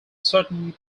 sutton